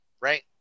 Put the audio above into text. right